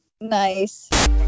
Nice